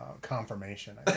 Confirmation